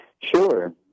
Sure